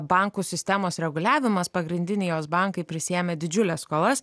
bankų sistemos reguliavimas pagrindiniai jos bankai prisiėmė didžiules skolas